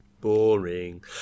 Boring